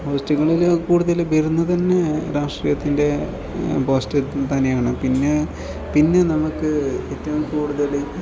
പോസ്റ്റുകളിൽ കൂടുതൽ വരുന്നത് തന്നെ രാഷ്ട്രീയത്തിൻ്റെ പോസ്റ്റർ തന്നെയാണ് പിന്നെ പിന്നെ നമുക്ക് ഏറ്റവും കൂടുതൽ